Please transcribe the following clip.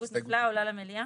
ההסתייגות נפלה ועולה למליאה?